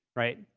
right?